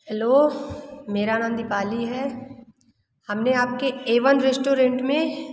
hello मेरा नाम दीपाली है हमने आपके ए वन रेश्टोरेन्ट में